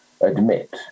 admit